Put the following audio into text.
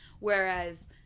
Whereas